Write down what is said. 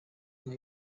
nka